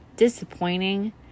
Disappointing